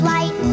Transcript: Light